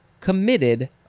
committed